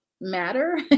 matter